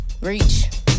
Reach